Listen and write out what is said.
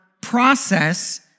process